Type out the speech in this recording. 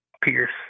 Pierce